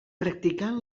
practicant